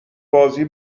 بازی